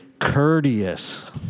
courteous